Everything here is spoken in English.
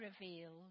revealed